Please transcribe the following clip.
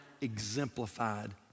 exemplified